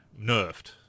nerfed